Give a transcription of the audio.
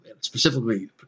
specifically